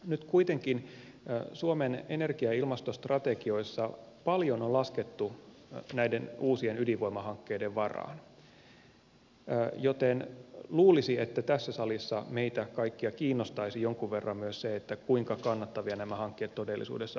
nyt kuitenkin suomen energia ja ilmastostrategioissa paljon on laskettu näiden uusien ydinvoimahankkeiden varaan joten luulisi että tässä salissa meitä kaikkia kiinnostaisi jonkun verran myös se kuinka kannattavia nämä hankkeet todellisuudessa ovat